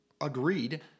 Agreed